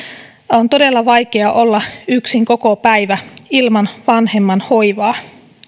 on todella vaikeaa olla yksin koko päivä ilman vanhemman hoivaa